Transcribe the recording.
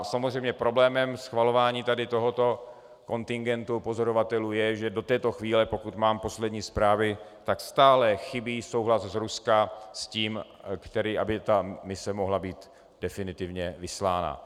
Samozřejmě problémem schvalování tohoto kontingentu pozorovatelů je, že do této chvíle, pokud mám poslední zprávy, stále chybí souhlas z Ruska s tím, aby mise mohla být definitivně vyslána.